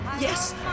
yes